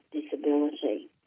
disability